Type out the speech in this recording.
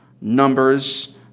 numbers